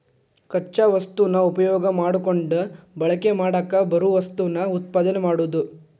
ಕಚ್ಚಾ ವಸ್ತುನ ಉಪಯೋಗಾ ಮಾಡಕೊಂಡ ಬಳಕೆ ಮಾಡಾಕ ಬರು ವಸ್ತುನ ಉತ್ಪಾದನೆ ಮಾಡುದು